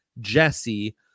Jesse